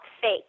fake